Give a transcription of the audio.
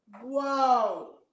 Whoa